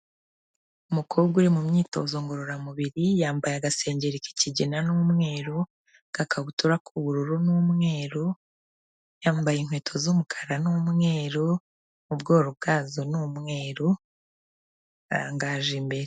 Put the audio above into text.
Umukobwa uri mu myitozo ngororamubiri, yambaye agasengeri k'ikigina n'umweru, agakabutura k'ubururu n'umweru, yambaye inkweto z'umukara n'umweru, mu bworo bwazo ni umweru arangaje imbere.